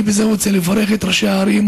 אני רוצה לברך את ראשי הערים,